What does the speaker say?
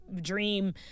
dream